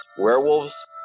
werewolves